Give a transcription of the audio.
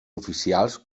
oficials